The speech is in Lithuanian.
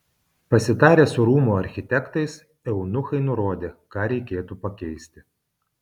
pasitarę su rūmų architektais eunuchai nurodė ką reikėtų pakeisti